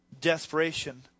Desperation